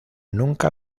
nunca